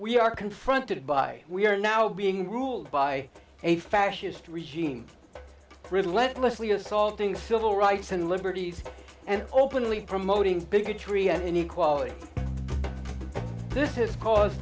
we are confronted by we are now being ruled by a fascist regime relentlessly assaulting civil rights and liberties and openly promoting bigotry and equality this has caused